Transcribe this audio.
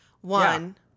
One